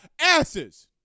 asses